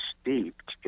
steeped